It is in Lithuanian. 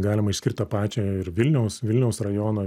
galima išskirt tą pačią ir vilniaus vilniaus rajono